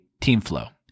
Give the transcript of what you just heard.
TeamFlow